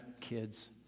kids